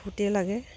বহুতেই লাগে